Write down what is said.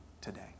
today